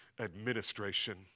administration